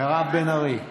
מירב בן ארי.